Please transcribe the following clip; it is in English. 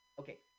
okay